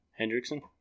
Hendrickson